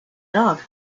dog